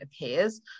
Appears